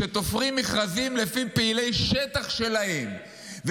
שתופרים מכרזים לפי פעילי שטח שלהם,